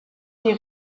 die